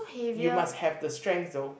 you must have the strength tho